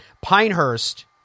Pinehurst